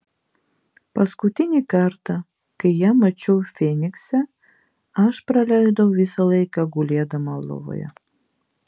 paskutinį kartą kai ją mačiau fynikse aš praleidau visą laiką gulėdama lovoje